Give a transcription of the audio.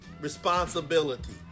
responsibility